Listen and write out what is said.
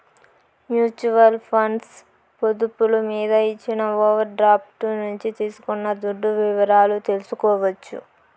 mutual funds పొదుపులు మీద ఇచ్చిన ఓవర్ డ్రాఫ్టు నుంచి తీసుకున్న దుడ్డు వివరాలు తెల్సుకోవచ్చు